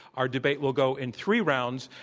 our debate will go in three rounds.